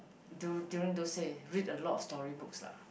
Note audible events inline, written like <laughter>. <noise> during those day read a lot of story books lah